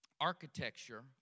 architecture